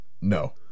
No